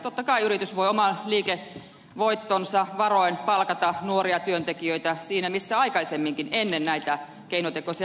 totta kai yritys voi oman liikevoittonsa varoin palkata nuoria työntekijöitä siinä missä aikaisemminkin ennen näitä keinotekoisia yritystukia